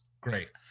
Great